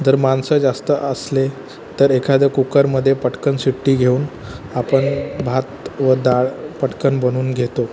जर माणसं जास्त असले तर एखाद्या कुकरमध्ये पटकन शिट्टी घेऊन आपण भात व दाळ पटकन बनवून घेतो